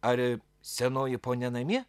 ar senoji ponia namie